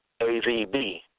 AVB